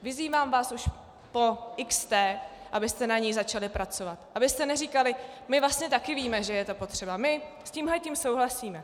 Vyzývám vás už po xté, abyste na ní začali pracovat, abyste neříkali: my vlastně také víme, že je to potřeba, my s tím souhlasíme.